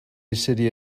city